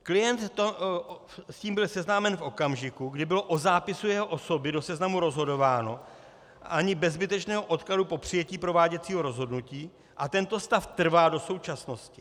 Klient s tím byl seznámen v okamžiku, kdy bylo o zápisu jeho osoby do seznamu rozhodováno ani bez zbytečného odkladu po přijetí prováděcího rozhodnutí a tento stav trvá do současnosti.